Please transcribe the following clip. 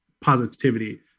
positivity